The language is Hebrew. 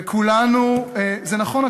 נכון,